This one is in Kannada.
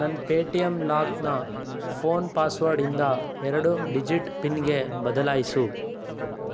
ನನ್ನ ಪೇ ಟಿ ಎಮ್ ಲಾಕ್ನ ಫೋನ್ ಪಾಸ್ವರ್ಡಿಂದ ಎರಡು ಡಿಜಿಟ್ ಪಿನ್ಗೆ ಬದಲಾಯಿಸು